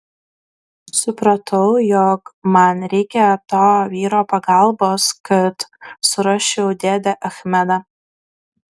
supratau jog man reikia to vyro pagalbos kad surasčiau dėdę achmedą